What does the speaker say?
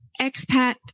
expat